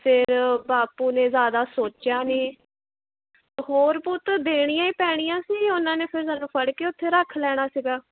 ਫਿਰ ਬਾਪੂ ਨੇ ਜ਼ਿਆਦਾ ਸੋਚਿਆ ਨਹੀਂ ਹੋਰ ਪੁੱਤ ਦੇਣੀਆਂ ਹੀ ਪੈਣੀਆਂ ਸੀ ਉਹਨਾਂ ਨੇ ਫਿਰ ਸਾਨੂੰ ਫੜ ਕੇ ਉੱਥੇ ਰੱਖ ਲੈਣਾ ਸੀਗਾ